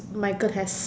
Michael has